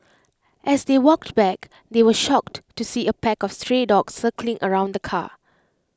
as they walked back they were shocked to see A pack of stray dogs circling around the car